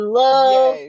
love